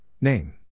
name